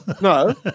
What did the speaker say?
No